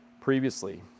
previously